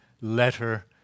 letter